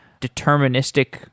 deterministic